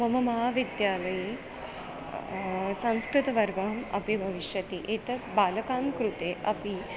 मम महाविद्यालये संस्कृतवर्गः अपि भविष्यति एतत् बालकां कृते अपि